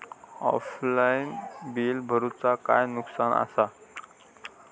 Offline बिला भरूचा काय नुकसान आसा?